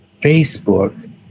Facebook